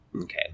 Okay